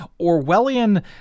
Orwellian